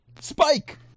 Spike